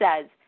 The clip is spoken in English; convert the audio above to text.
says